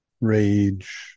rage